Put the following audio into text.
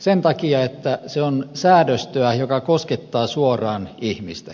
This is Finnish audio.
sen takia että se on säädöstöä joka koskettaa suoraan ihmistä